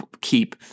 keep